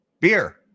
Beer